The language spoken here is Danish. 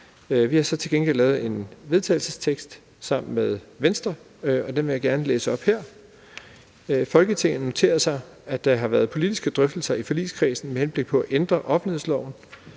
Vi har så til gengæld lavet et forslag til vedtagelse sammen med Venstre, og det vil jeg gerne læse op her: Forslag til vedtagelse »Folketinget noterer sig, at der har været politiske drøftelser i forligskredsen med henblik på at ændre offentlighedsloven.